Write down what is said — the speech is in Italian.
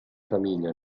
famiglia